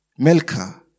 Melka